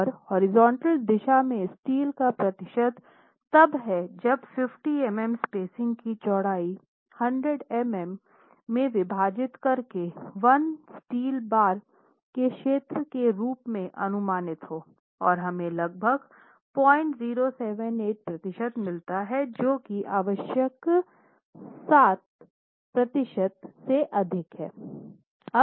और हॉरिजॉन्टल दिशा में स्टील का प्रतिशत तब है जब 500 मिमी स्पेसिंग की चौड़ाई 100 मिमी में विभाजित करके 1 स्टील बार के क्षेत्र के रूप में अनुमानित हो और हमें लगभग 0078 प्रतिशत मिलता है जो कि आवश्यक सात प्रतिशत से अधिक है